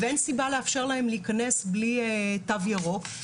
ואין סיבה לאפשר להם להיכנס בלי תו ירוק.